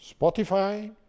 Spotify